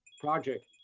project